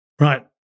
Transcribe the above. right